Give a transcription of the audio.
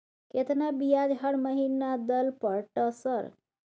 केतना ब्याज हर महीना दल पर ट सर?